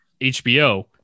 HBO